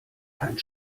keinen